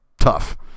Tough